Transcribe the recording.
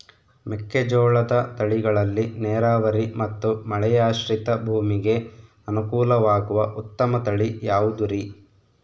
ಮೆಕ್ಕೆಜೋಳದ ತಳಿಗಳಲ್ಲಿ ನೇರಾವರಿ ಮತ್ತು ಮಳೆಯಾಶ್ರಿತ ಭೂಮಿಗೆ ಅನುಕೂಲವಾಗುವ ಉತ್ತಮ ತಳಿ ಯಾವುದುರಿ?